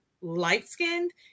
light-skinned